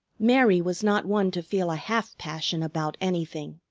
mary was not one to feel a half-passion about anything.